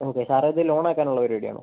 okay sir ഇത് loan ആക്കാൻ ഉള്ള പരിപാടി ആണോ